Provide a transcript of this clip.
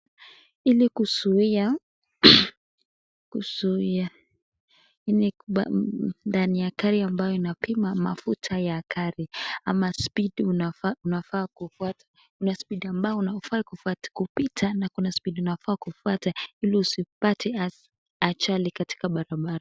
Ili kuzuia, hii ni ndani ya gari ambayo inapima mafuta ya gari ama speed unafaa kufuata, kuna speed ambayo haufai kupita na kuna speed unafaa kufuata ili usipate ajali katika barabara.